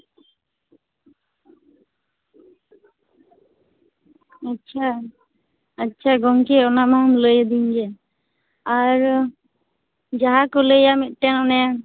ᱟᱪᱪᱷᱟ ᱟᱪᱪᱷᱟ ᱜᱚᱝᱠᱮ ᱚᱱᱟᱢᱟᱢ ᱞᱟᱹᱭᱟᱹᱫᱤᱧᱜᱮ ᱟᱨ ᱡᱟᱦᱟᱸᱠᱚ ᱞᱟᱹᱭᱟ ᱢᱤᱫᱴᱟᱝ ᱚᱱᱮ